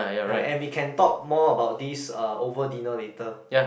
ya and we can talk more about this over dinner later